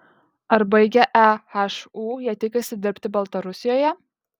ar baigę ehu jie tikisi dirbti baltarusijoje